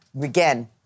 again